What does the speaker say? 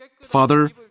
Father